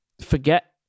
forget